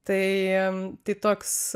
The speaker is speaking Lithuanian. tai tai toks